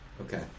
Okay